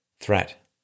threat